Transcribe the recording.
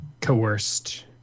coerced